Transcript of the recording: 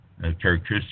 characteristics